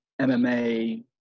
MMA